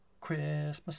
Christmas